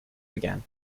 began